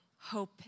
hope